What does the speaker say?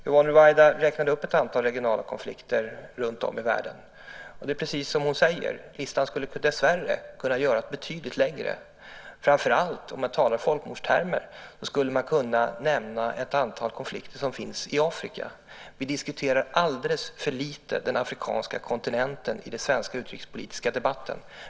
Yvonne Ruwaida räknade upp ett antal regionala konflikter runtom i världen. Det är precis som hon säger, listan skulle dessvärre kunna göras betydligt längre. Framför allt om man talar i folkmordstermer skulle man kunna nämna ett antal konflikter som finns i Afrika. Vi diskuterar den afrikanska kontinenten alldeles för lite i den svenska utrikespolitiska debatten.